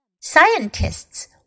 Scientists